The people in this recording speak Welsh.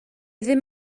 ddim